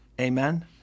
Amen